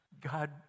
God